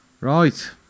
Right